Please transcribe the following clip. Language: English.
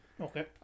Okay